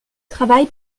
travail